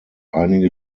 einige